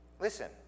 Listen